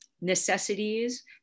necessities